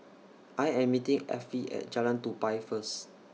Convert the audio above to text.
I Am meeting Affie At Jalan Tupai First